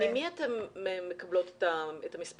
ממי אתם מקבלים את הנתונים?